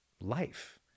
life